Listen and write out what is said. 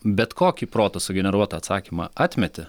bet kokį proto sugeneruotą atsakymą atmeti